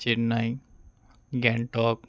Chennai Gangtok